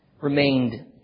remained